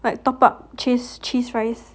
like top up cheese cheese fries